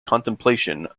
contemplation